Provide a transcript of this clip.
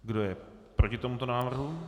Kdo je proti tomuto návrhu?